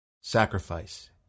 Sacrifice